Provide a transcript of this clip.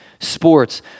sports